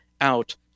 out